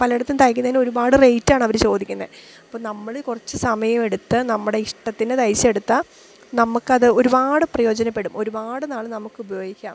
പലയിടത്തും തയ്ക്കുന്നതിന് ഒരുപാട് റേറ്റാണ് അവർ ചോദിക്കുന്നത് അപ്പോൾ നമ്മൾ കുറച്ച് സമയമെടുത്ത് നമ്മുടെ ഇഷ്ടത്തിന് തയ്ച്ചെടുത്താൽ നമുക്കത് ഒരുപാട് പ്രയോജനപ്പെടും ഒരുപാടുനാൾ നമുക്ക് ഉപയോഗിക്കാം